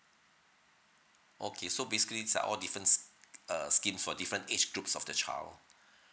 okay so basically it's uh all difference uh scheme for different age groups of the child